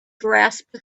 grasped